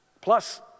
Plus